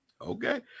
Okay